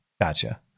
gotcha